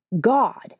God